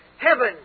heaven